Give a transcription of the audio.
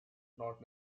not